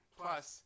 plus